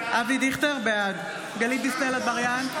דיכטר, בעד גלית דיסטל אטבריאן,